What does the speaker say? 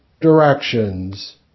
directions